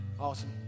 Awesome